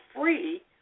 free